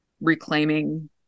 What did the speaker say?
reclaiming